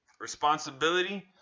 responsibility